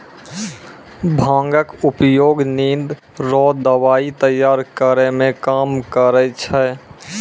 भांगक उपयोग निंद रो दबाइ तैयार करै मे काम करै छै